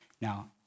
Now